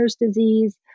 disease